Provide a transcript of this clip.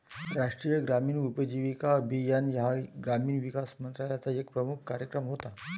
राष्ट्रीय ग्रामीण उपजीविका अभियान हा ग्रामीण विकास मंत्रालयाचा एक प्रमुख कार्यक्रम होता